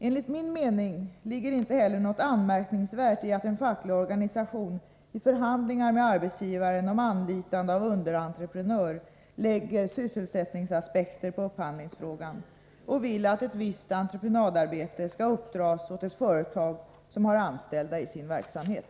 Enligt min mening ligger det inte heller något anmärkningsvärt i att en facklig organisation i förhandlingar med arbetsgivaren om anlitande av underentreprenör lägger sysselsättningsaspekter på upphandlingsfrågan och vill att ett visst entreprenadarbete skall uppdras åt ett företag som har anställda i sin verksamhet.